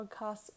podcasts